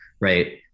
right